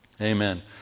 Amen